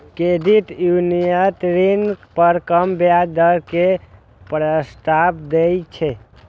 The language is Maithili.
क्रेडिट यूनियन ऋण पर कम ब्याज दर के प्रस्ताव दै छै